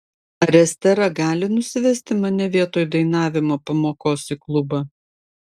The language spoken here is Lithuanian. ar estera gali nusivesti mane vietoj dainavimo pamokos į klubą